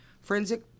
Forensic